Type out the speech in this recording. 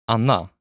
Anna